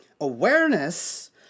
awareness